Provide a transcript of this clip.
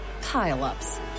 pile-ups